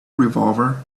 revolver